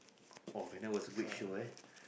oh Venom was a great show eh